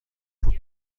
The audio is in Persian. پول